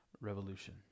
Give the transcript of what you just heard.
Revolution